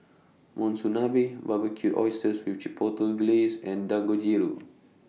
Monsunabe Barbecued Oysters with Chipotle Glaze and Dangojiru